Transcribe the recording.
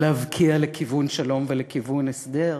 להבקיע לכיוון שלום ולכיוון הסדר.